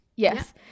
Yes